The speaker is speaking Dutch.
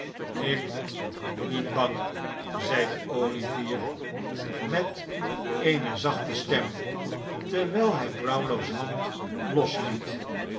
ik ben niet bang zeide o ivier met eene zachte stem terwijl hij brownlow's hand losliet